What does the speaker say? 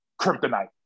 kryptonite